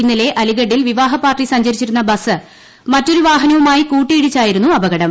ഇന്നലെ അലിഗഡിൽ വിവാഹ പാർട്ടി സഞ്ചരിച്ചിരുന്ന ബസ് മറ്റൊരു വാഹനവുമയി കൂട്ടിയിടിച്ചായിരുന്നു അപകടം